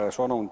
sono